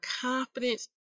confidence